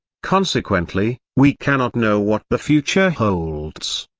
consequently, we cannot know what the future holds.